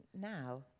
now